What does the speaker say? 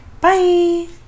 Bye